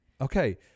Okay